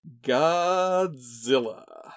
Godzilla